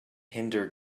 hinder